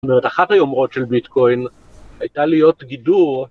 זאת אומרת אחת היומרות של ביטקוין הייתה להיות גידור